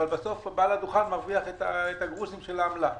אבל בסוף בעל הדוכן מרוויח את הגרושים של העמלה.